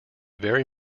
very